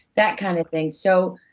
that kind of thing. so,